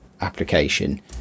application